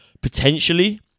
Potentially